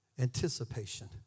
anticipation